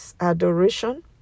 adoration